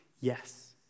Yes